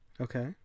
Okay